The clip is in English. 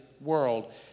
world